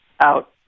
out